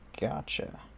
gotcha